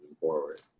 forward